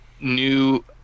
new